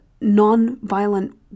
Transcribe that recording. non-violent